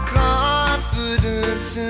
confidence